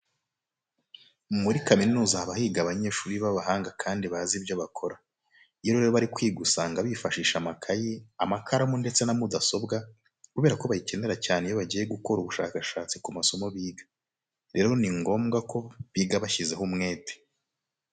Muri kaminuza haba higa abanyeshuri b'abahanga kandi bazi ibyo bakora. Iyo rero bari kwiga usanga bifashisha amakayi, amakaramu ndetse na mudasobwa kubera ko bayikenera cyane iyo bagiye gukora ubushakashatsi ku masomo biga. Rero ni ngombwa ko biga bashyizeho umuhate.